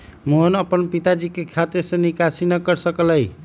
मोहन अपन पिताजी के खाते से निकासी न कर सक लय